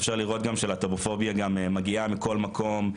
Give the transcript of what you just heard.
אפשר לראות גם שהלהט"בופוביה גם מגיעה מכל מקום,